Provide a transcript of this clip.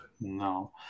No